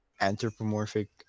anthropomorphic